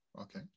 okay